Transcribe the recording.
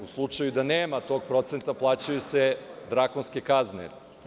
U slučaju da nema tog procenta, plaćaju se drakonske kazne.